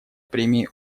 премии